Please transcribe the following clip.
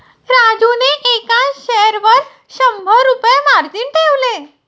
राजूने एका शेअरवर शंभर रुपये मार्जिन ठेवले